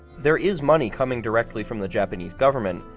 there is money coming directly from the japanese government,